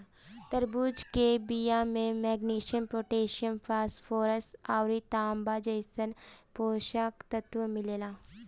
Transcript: तरबूजा के बिया में मैग्नीशियम, पोटैशियम, फास्फोरस अउरी तांबा जइसन पोषक तत्व मिलेला